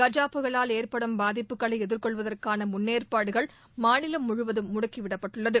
கஜா புயலால் ஏற்படும் பாதிப்புகளை எதிர்கொள்வதற்கான முன்னேற்பாடுகள் மாநிலம் முழுவதும் முடுக்கி விடப்பட்டுள்ளது